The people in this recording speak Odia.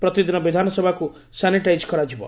ପ୍ରତିଦିନ ବିଧାନସଭାକୁ ସାନିଟାଇଜ୍ କରାଯିବ